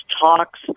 talks